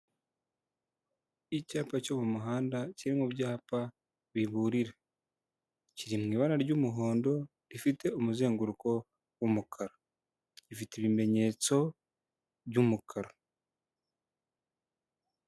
Icyapa cyo mu muhanda kiri mu byapa biburira, kiri mu ibara ry'umuhondo rifite umuzenguruko w'umukara, rifite ibimenyetso by'umukara.